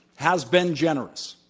has been generous.